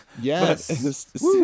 Yes